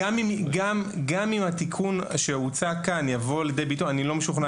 גם אם התיקון שהוצע כאן יבוא לידי ביטוי ואני לא משוכנע,